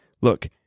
Look